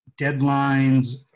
deadlines